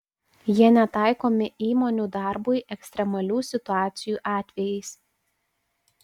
jie netaikomi įmonių darbui ekstremalių situacijų atvejais